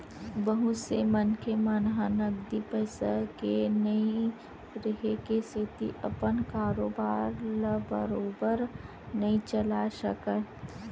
बहुत से मनखे मन ह नगदी पइसा के नइ रेहे के सेती अपन कारोबार ल बरोबर नइ चलाय सकय